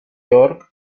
björk